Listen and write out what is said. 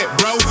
bro